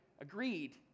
agreed